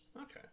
Okay